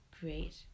great